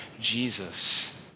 Jesus